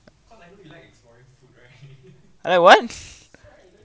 I like what